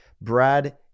Brad